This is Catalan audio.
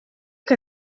que